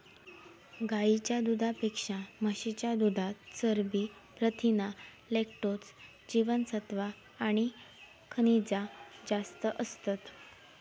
गाईच्या दुधापेक्षा म्हशीच्या दुधात चरबी, प्रथीना, लॅक्टोज, जीवनसत्त्वा आणि खनिजा जास्त असतत